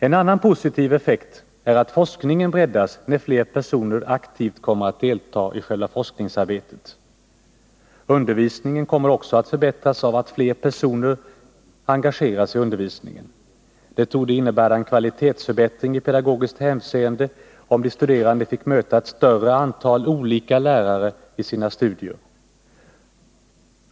En annan positiv effekt är att forskningen breddas när fler personer aktivt kommer att delta i själva forskningsarbetet. Undervisningen kommer också att förbättras genom att fler personer engageras i undervisningen. Det torde innebära en kvalitetsförbättring i pedagogiskt hänseende om de studerande får möta ett större antal olika lärare i sina studier.